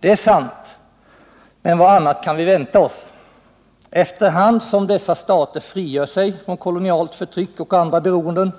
Det är sant, men vad annat kan vi vänta oss. Efter hand som dessa stater frigör sig från kolonialt förtryck och andra beroenden,